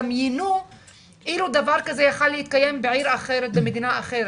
דמיינו אילו דבר כזה יכול היה להתקיים בעיר אחרת במדינה אחרת,